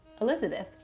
Elizabeth